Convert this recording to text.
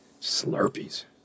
Slurpees